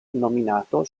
nominato